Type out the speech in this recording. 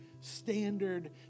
standard